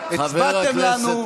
הצבעתם לנו,